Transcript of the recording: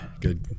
good